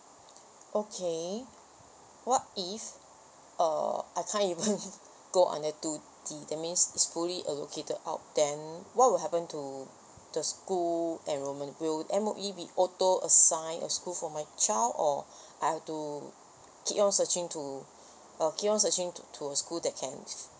okay what if uh I can't even go on the two D that's mean is fully allocated out then what will happen to the school enrollment will M_O_E be auto assign a school for my child or I have to keep on searching to err keep on searching to to a school that can